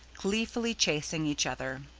gleefully chasing each other.